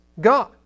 God